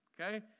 okay